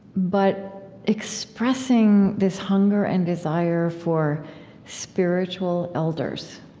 but expressing this hunger and desire for spiritual elders.